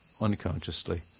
unconsciously